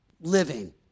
living